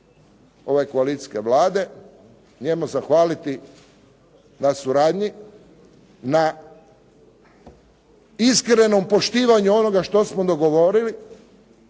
ove koalicijske Vlade njemu zahvaliti na suradnji, na iskrenom poštivanju onoga što smo dogovorili